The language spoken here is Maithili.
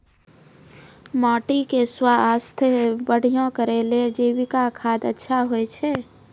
माटी के स्वास्थ्य बढ़िया करै ले जैविक खाद अच्छा होय छै?